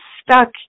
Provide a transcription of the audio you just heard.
stuck